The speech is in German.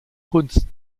kunst